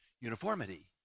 uniformity